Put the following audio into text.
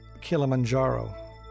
Kilimanjaro